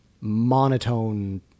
monotone